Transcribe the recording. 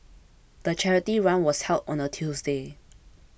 the charity run was held on a Tuesday